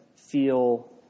feel